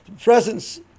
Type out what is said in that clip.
presence